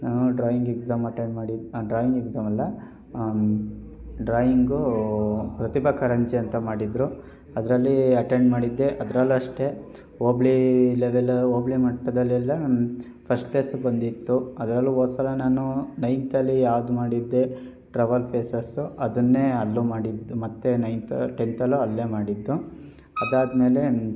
drawing exam attend ಮಾಡಿ drawing exam ಅಲ್ಲ ಡ್ರಾಯಿಂಗೂ ಪ್ರತಿಭಾ ಕಾರಂಜಿ ಅಂತ ಮಾಡಿದರು ಅದರಲ್ಲಿ ಅಟೆಂಡ್ ಮಾಡಿದ್ದೆ ಅದರಲ್ಲಷ್ಟೇ ಹೋಬ್ಳಿ ಲೆವೆಲ್ ಹೋಬ್ಳಿ ಮಟ್ಟದಲ್ಲೆಲ್ಲ ಫಸ್ಟ್ ಪ್ಲೇಸ್ ಬಂದಿತ್ತು ಅದರಲ್ಲೂ ಹೋದ್ಸಲ ನಾನೂ ನೈನ್ತ್ ಅಲ್ಲಿ ಯಾವ್ದು ಮಾಡಿದ್ದೆ ಟ್ರಬಲ್ ಫೇಸಸ್ಸು ಅದನ್ನೇ ಅಲ್ಲೂ ಮಾಡಿದ್ದು ಮತ್ತು ನೈನ್ತ್ ಟೆಂತಲ್ಲೂ ಅಲ್ಲೇ ಮಾಡಿದ್ದು ಅದಾದ್ಮೇಲೆ